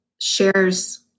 shares